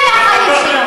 את תצאי מהחיים שלנו,